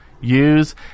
use